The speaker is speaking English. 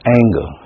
anger